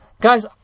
Guys